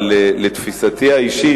אבל לתפיסתי האישית,